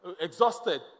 exhausted